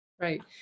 Right